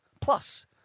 Plus